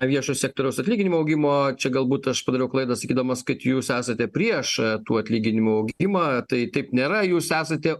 viešojo sektoriaus atlyginimų augimo čia galbūt aš padariau klaidą sakydamas kad jūs esate prieš tų atlyginimų augimą tai taip nėra jūs esate